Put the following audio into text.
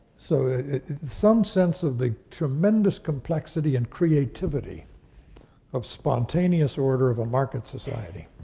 so some sense of the tremendous complexity and creativity of spontaneous order of a market society.